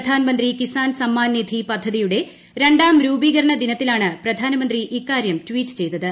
പ്രധാൻ മന്ത്രി കിസാൻ സമ്മാൻ നിധി പദ്ധതിയുടെ രണ്ടാം രൂപീകരണ ദിനത്തിലാണ് പ്രധാനമന്ത്രി ഇക്കാരൃം ട്വീറ്റ് ചെയ്തത്